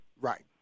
right